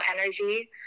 energy